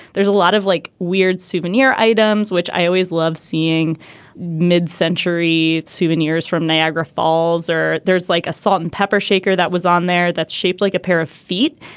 there's a lot of like weird souvenir items which i always love seeing mid century souvenirs from niagara falls or there's like a salt and pepper shaker that was on there that's shaped like a pair of feet.